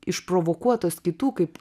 išprovokuotos kitų kaip